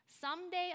someday